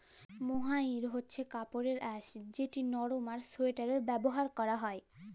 mohair হছে কাপড়ের আঁশ যেট লরম আর সোয়েটারে ব্যাভার ক্যরা হ্যয়